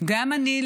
גם אני,